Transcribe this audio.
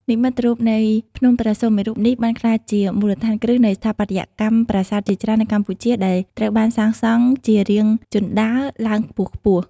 និមិត្តរូបនៃភ្នំព្រះសុមេរុនេះបានក្លាយជាមូលដ្ឋានគ្រឹះនៃស្ថាបត្យកម្មប្រាសាទជាច្រើននៅកម្ពុជាដែលត្រូវបានសាងសង់ជារាងជណ្ដើរឡើងខ្ពស់ៗ។